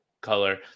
color